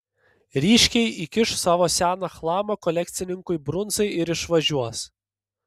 ryškiai įkiš savo seną chlamą kolekcininkui brunzai ir išvažiuos